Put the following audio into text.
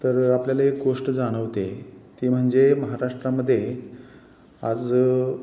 तर आपल्याला एक गोष्ट जाणवते ती म्हणजे महाराष्ट्रामध्ये आज